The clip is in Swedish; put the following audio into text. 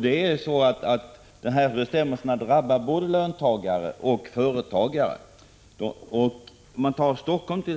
Dessa bestämmelser drabbar både löntagare och företagare. I stort sett